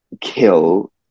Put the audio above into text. kill